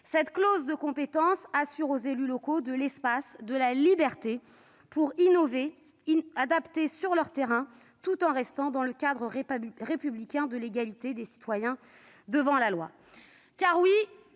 Cette clause de compétence assure aux élus locaux de l'espace, de la liberté pour innover, adapter sur le terrain tout en restant dans le cadre républicain de l'égalité des citoyens devant la loi.